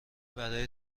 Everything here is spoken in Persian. برای